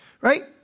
Right